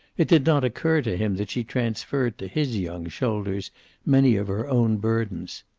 it did not occur to him that she transferred to his young shoulders many of her own burdens.